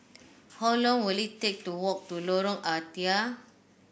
how long will it take to walk to Lorong Ah Thia